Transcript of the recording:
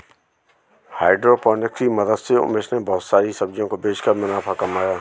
hydroponics की मदद से उमेश ने बहुत सारी सब्जियों को बेचकर मुनाफा कमाया है